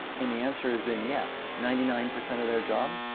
and the answer has been yeah ninety nine percent of their job